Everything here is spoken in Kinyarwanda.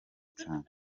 cyane